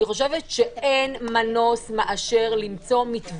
אני מבינה שיש איזושהי מחשבה של משרד הבריאות